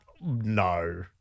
No